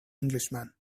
englishman